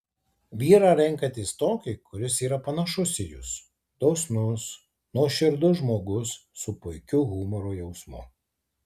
vyrą renkatės tokį kuris yra panašus į jus dosnus nuoširdus žmogus su puikiu humoro jausmu